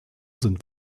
sind